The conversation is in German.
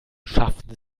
schafften